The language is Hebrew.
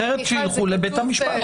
אחרת שיילכו לבית המשפט.